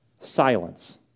Silence